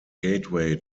gateway